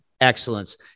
excellence